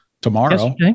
tomorrow